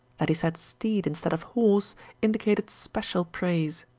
that he said steed instead of horse indicated special praise.